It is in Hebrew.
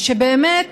ושבאמת